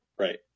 Right